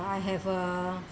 I have a